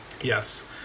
Yes